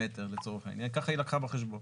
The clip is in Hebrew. ככה היא לקחה בחשבון,